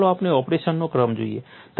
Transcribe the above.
અને ચાલો આપણે ઓપરેશનનો ક્રમ જોઈએ